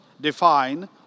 define